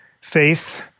faith